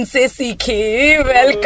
Welcome